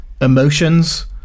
Emotions